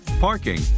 parking